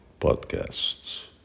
podcasts